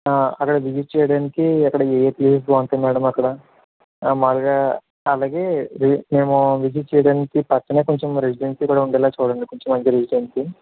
అక్కడ విసిట్ చేయడానికి అక్కడ ఏయే ప్లేసెస్ బాగుంటాయి మ్యాడం అక్కడ ఆ మాములుగా అలాగే మేము మేము విసిట్ చేయడానికి పక్కనే కొంచెం రెసిడెన్సీ కూడా ఉండేలా చూడండి కొంచెం మంచి రెసిడెన్సీ